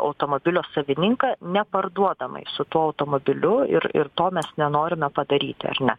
automobilio savininką neparduodamai su tuo automobiliu ir ir to mes nenorime padaryti ar ne